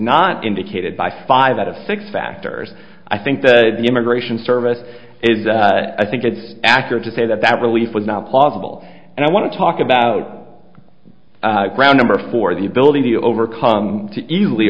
not indicated by five out of six factors i think the immigration service is i think it's accurate to say that that relief was not possible and i want to talk about brown number four the ability to overcome easily